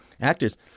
actors